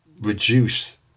reduce